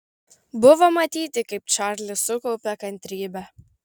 buvo matyti kaip čarlis sukaupia kantrybę